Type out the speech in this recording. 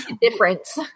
difference